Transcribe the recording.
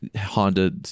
Honda